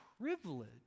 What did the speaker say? privilege